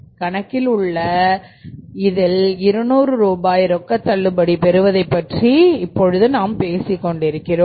கணக்கில் உள்ள இதில் 200ரூபாய் ரொக்க தள்ளுபடி பெறுவதைப் பற்றி பேசிக் கொண்டு இருக்கிறோம்